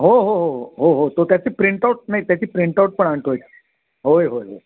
हो हो हो हो हो हो तो त्याची प्रिंटआउट नाही त्याची प्रिंटउट पण आणतो एक होय होय होय